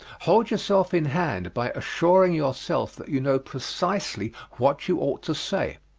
hold yourself in hand by assuring yourself that you know precisely what you ought to say.